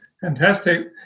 Fantastic